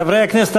חברי הכנסת,